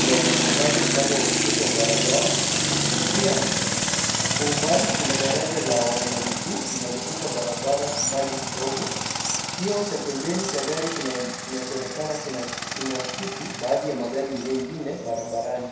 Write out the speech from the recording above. la matangazo upande wa kushoto wa barabara. Pia kwa umbali kuna daraja la waendamiguu linalovuka barabara kwa mbali kidogo. Kioo cha gari kinachoonekana kinaakisi baadhi ya magari mengine barabarani.